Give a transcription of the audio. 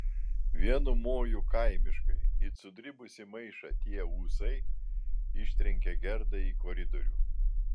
vienu moju kaimiškai it sudribusį maišą tie ūsai ištrenkė gerdą į koridorių